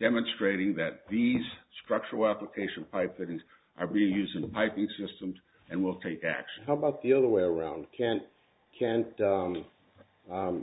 demonstrating that these structural application type things are being used in the piping system and will take action how about the other way around can't can't